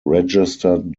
registered